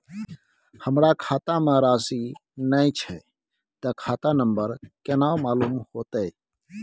हमरा खाता में राशि ने छै ते खाता नंबर केना मालूम होते?